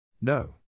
No